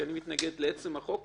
כי אני מתנגד לעצם החוק.